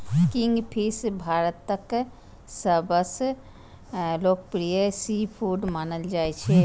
kingfish भारतक सबसं लोकप्रिय सीफूड मानल जाइ छै